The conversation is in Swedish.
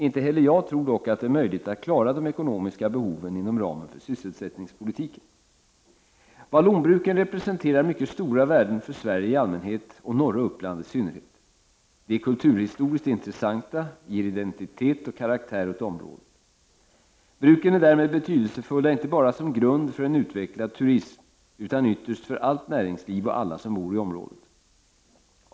Inte heller jag tror dock att det är möjligt att klara de ekonomiska behoven inom ramen för sysselsättningspolitiken. Vallonbruken representerar mycket stora värden för Sverige i allmänhet och norra Uppland i synnerhet. De är kulturhistoriskt intressanta och ger identitet och karaktär åt området. Bruken är därmed betydelsefulla inte bara som grund för en utvecklad turism utan ytterst för allt näringsliv och alla som bor i området.